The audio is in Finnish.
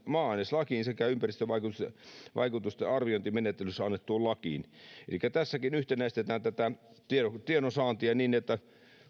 maa aineslakiin sekä ympäristövaikutusten arviointimenettelystä annettuun lakiin elikkä tässäkin yhtenäistetään tiedonsaantia niin että